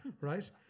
right